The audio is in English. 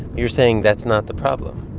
you're saying that's not the problem